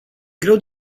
greu